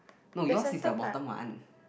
no yours is the bottom one